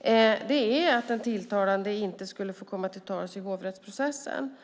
är att den tilltalade inte skulle få komma till tals i hovrättsprocessen.